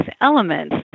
elements